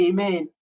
Amen